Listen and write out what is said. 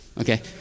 okay